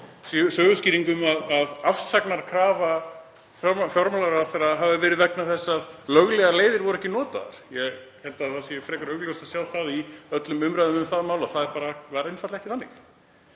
söguskýringar um að afsagnarkrafa fjármálaráðherra hafi verið vegna þess að löglegar leiðir voru ekki notaðar. Ég held að það sé frekar augljóst að sjá það í öllum umræðum um það mál að það var bara einfaldlega ekki þannig.